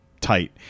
tight